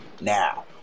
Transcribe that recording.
Now